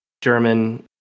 German